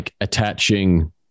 attaching